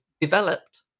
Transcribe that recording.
developed